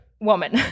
woman